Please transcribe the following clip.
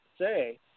say